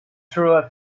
through